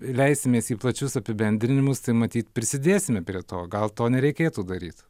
leisimės į plačius apibendrinimus tai matyt prisidėsime prie to gal to nereikėtų daryt